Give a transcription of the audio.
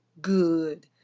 good